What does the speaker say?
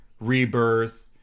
rebirth